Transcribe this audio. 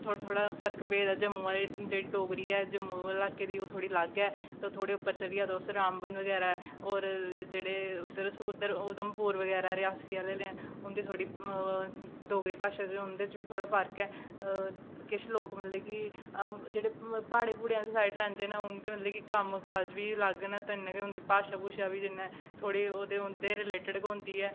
थोह्ड़ा थोह्ड़ा फर्क भेद ऐ जम्मू आह्ले जेह्ड़ी डोगरी ऐ जम्मू लाकै दी ते ओह् थोह्ड़ी अलग ऐ ते थोह्ड़े उप्पर चली जाओ तुस रामबन बगैरा होर जेह्ड़े उद्धर उधमपुर बगैरा रियासी आह्ले न उं'दी थोह्ड़ी डोगरी भाशा च उं'दे च बी थोह्ड़ा फर्क ऐ किश लोग मतलब कि जेह्ड़े प्हाड़ें प्हूड़ें आह्ली साइड रैहंदे न उं'दे मतलब कम्म काज बी अलग न कन्नै गै उं'दी भाशा भूशा बी थोह्ड़ी उं'दे रिलेटिड गै होंदी ऐ